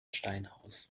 steinhaus